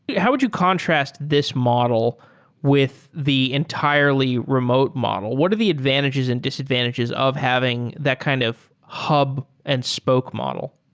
how would you contrast this model with the entirely remote model? what are the advantages and disadvantages of having that kind of hub and spoke model?